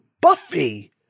Buffy